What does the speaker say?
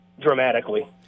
dramatically